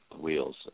Wheels